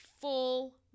full